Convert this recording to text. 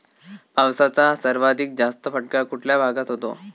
पावसाचा सर्वाधिक जास्त फटका कुठल्या भागात होतो?